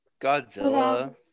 Godzilla